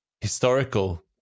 historical